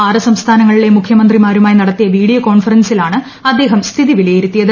ആറ് സംസ്ഥാനങ്ങളിലെ മുഖ്യ മന്ത്രിമാരുമായി നടത്തിയ വീഡിയോ കോൺഫറൻസിലാണ് അദ്ദേഹം സ്ഥിതി വിലയിരുത്തിയത്